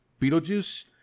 Beetlejuice